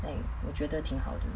like 我觉得挺好的